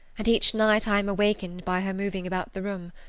and each night i am awakened by her moving about the room.